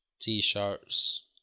t-shirts